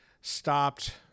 stopped